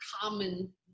common